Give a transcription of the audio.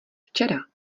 včera